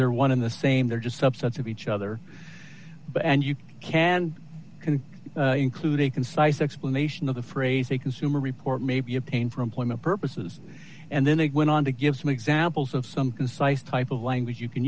they're one in the same they're just subsets of each other and you can can include a concise explanation of the phrase a consumer report may be a pain for employment purposes and then it went on to give some examples of some concise type of language you can